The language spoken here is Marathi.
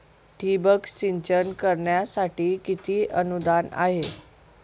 ठिबक सिंचन करण्यासाठी किती अनुदान आहे?